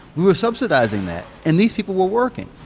we were subsidizing that and these people were working.